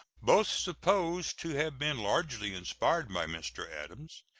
both supposed to have been largely inspired by mr. adams,